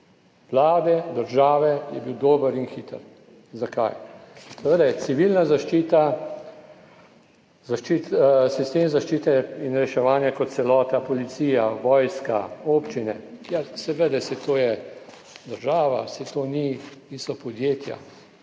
Vlade, države je bil dober in hiter. Zakaj? Civilna zaščita, sistem zaščite in reševanja kot celota, policija, vojska, občine, ja seveda, saj to je država, saj to niso podjetja,